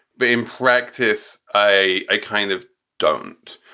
but in practice, i i kind of don't,